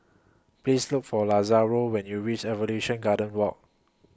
Please Look For Lazaro when YOU REACH Evolution Garden Walk